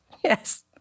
Yes